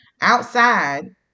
Outside